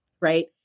right